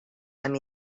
amb